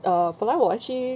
err 本来我 actually